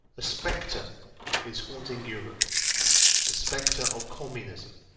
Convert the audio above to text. a spectre is haunting europe the spectre of communism.